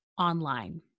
online